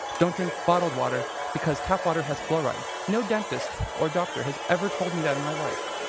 don't drink bottled water because tap water has fluoride. no dentist or doctor has ever told me that in my life.